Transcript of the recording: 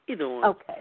Okay